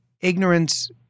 ignorance